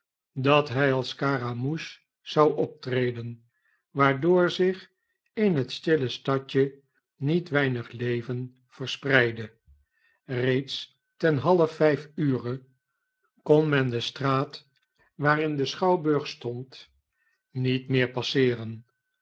dat hij als scaramouche zou optreden waardoor zich in het stille stadje niet weinig leven verspreidde eeeds ten halfvijf ure kon men de straat waarin de schouwburg stond niet meer passeeren